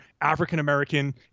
African-American